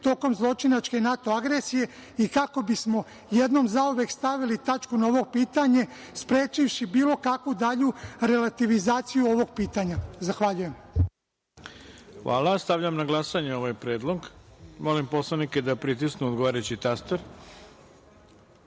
tokom zločinačke NATO agresije i kako bismo jednom zauvek stavili tačku na ovo pitanje, sprečivši bilo kakvu dalju relativizaciju ovog pitanja. Zahvaljujem. **Ivica Dačić** Hvala. Stavljam na glasanje ovaj predlog. Molim poslanike da pritisnu odgovarajući